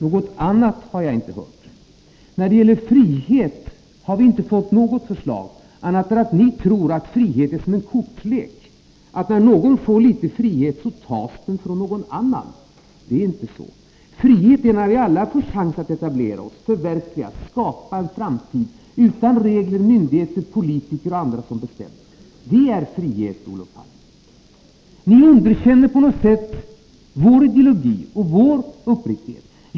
Något annat har jaginte hört. När det gäller frihet har vi inte fått något förslag annat än att ni tror att friheten är som en kortlek: när någon får litet frihet tas den från någon annan. Det är inte så. Frihet råder när vi alla har en chans att etablera oss, förverkliga oss och skapa en framtid utan att regler, myndigheter och politiker bestämmer. Det är frihet, Olof Palme. Ni underkänner på något sätt vår ideologi och vår uppriktighet.